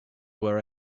where